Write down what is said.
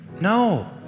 No